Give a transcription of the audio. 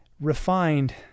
refined